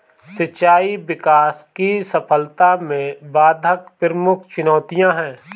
सिंचाई विकास की सफलता में बाधक प्रमुख चुनौतियाँ है